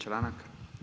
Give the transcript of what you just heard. Članak?